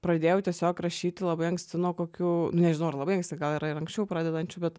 pradėjau tiesiog rašyti labai anksti nuo kokių nežinau ar labai anksti gal yra ir anksčiau pradedančių bet